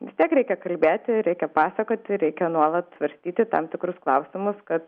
vis tiek reikia kalbėti reikia pasakoti reikia nuolat svarstyti tam tikrus klausimus kad